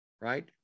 right